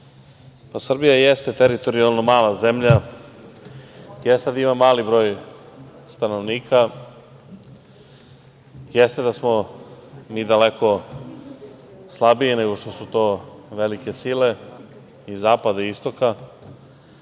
Srbija jeste teritorijalno mala zemlja, jeste da ima mali broj stanovnika, jeste da smo mi daleko slabiji nego što su to velike sile i zapada i istoka,